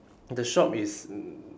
the shop is